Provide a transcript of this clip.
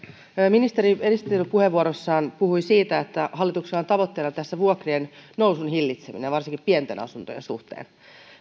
ministeri esittelypuheenvuorossaan puhui siitä että hallituksella on tässä tavoitteena vuokrien nousun hillitseminen varsinkin pienten asuntojen suhteen